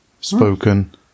spoken